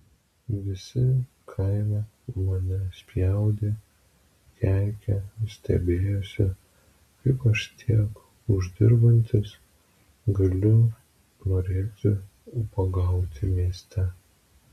visi kaime mane spjaudė keikė stebėjosi kaip aš tiek uždirbantis galiu norėti ubagauti mieste